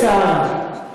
צריך שיהיה, יש פה שר.